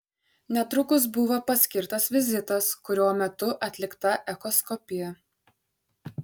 netrukus buvo paskirtas vizitas kurio metu atlikta echoskopija